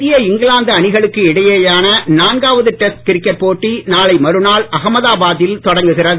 cricket இந்திய இங்கிலாந்து அணிகளுக்கு இடையேயான நான்காவது டெஸ்ட் கிரிக்கெட்போட்டி நாளை மறுநாள் அஹமதாபாதில் தொடங்குகிறது